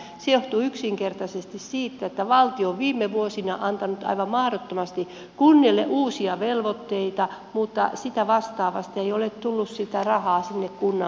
se johtuu yksinkertaisesti siitä että valtio on viime vuosina antanut aivan mahdottomasti kunnille uusia velvoitteita mutta vastaavasti ei ole tullut rahaa sinne kunnan pussiin